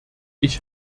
ich